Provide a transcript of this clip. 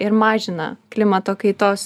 ir mažina klimato kaitos